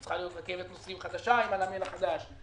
שצריכה להיות רכבת נוסעים חדשה עם הנמל החדש,